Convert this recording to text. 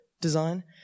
design